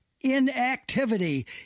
inactivity